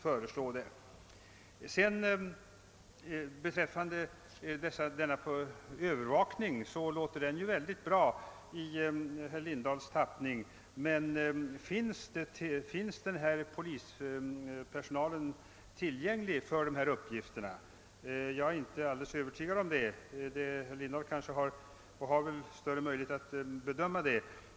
Förslaget om övervakning låter bra i herr Lindahls tappning, men finns verkligen polispersonal tillgänglig för dessa uppgifter. Jag är inte alldeles övertygad om detta. Herr Lindahl har väl större möjligheter än jag att bedöma detta.